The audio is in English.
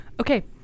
Okay